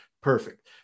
Perfect